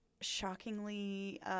shockingly